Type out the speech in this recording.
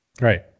right